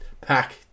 pack